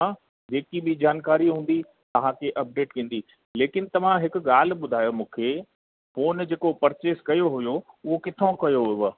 हा जेकी बि जानकारी हूंदी तव्हांखे अपडेट ईंदी लेकिनि तव्हां हिकु ॻाल्हि ॿुधायो मूंखे फ़ोन जेको परचेस कयो हुओ उहो किथा कयो हुयव